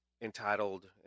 entitled